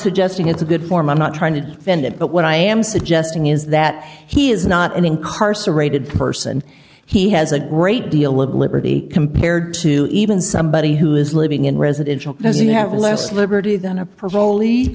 suggesting it's a good form i'm not trying to defend it but what i am suggesting is that he is not an incarcerated person he has a great deal of liberty compared to even somebody who is living in residential because you have less liberty than a parolee